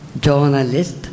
journalist